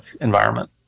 environment